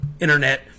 internet